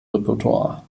repertoir